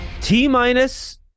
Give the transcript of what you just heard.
T-minus